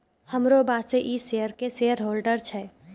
हमरो बॉसे इ शेयर के शेयरहोल्डर छै